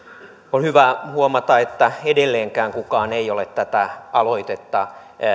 on hyvä huomata että edelleenkään kukaan ei ole tätä aloitetta